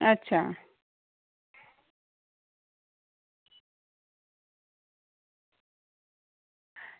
अच्छा